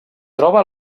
troba